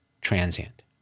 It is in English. transient